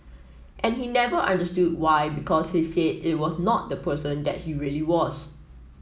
and he never understood why because he said it was not the person that he really was